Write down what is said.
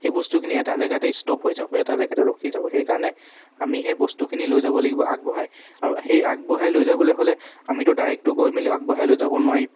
সেই বস্তুখিনি এটা জেগাতে ষ্টপ হৈ যাব এটা জেগাতে ৰখি যাব সেইকাৰণে আমি সেই বস্তুখিনি লৈ যাব লাগিব আগবঢ়ায় আৰু সেই আগবঢ়াই লৈ যাবলৈ হ'লে আমিতো ডাইৰেক্টটো গৈ মেলি আগবঢ়াই লৈ যাব নোৱাৰিম